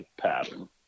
pattern